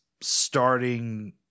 starting